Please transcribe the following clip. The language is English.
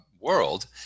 world